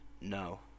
No